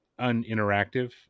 uninteractive